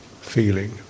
feeling